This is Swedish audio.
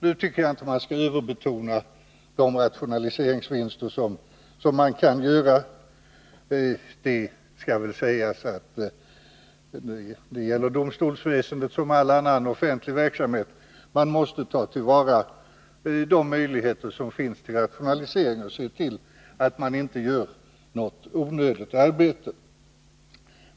Nu tycker jag inte att vi skall överbetona de rationaliseringsvinster man kan göra. Det skall väl sägas att det gäller för domstolsväsendet som för all annan offentlig verksamhet att man måste ta till vara de möjligheter som finns till rationalisering och se till att man inte gör något onödigt arbete.